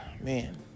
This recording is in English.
Man